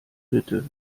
bitte